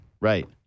Right